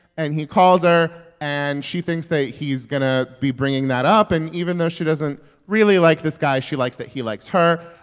and he calls her, and she thinks that he's going to be bringing that up. and even though she doesn't really like this guy, she likes that he likes her.